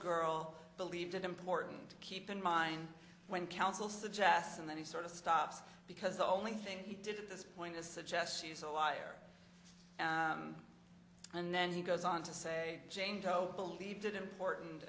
girl believed it important to keep in mind when counsel suggests and then he sort of stops because the only thing he did at this point is suggests he's a liar and then he goes on to say jane doe believed it important